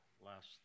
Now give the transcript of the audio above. last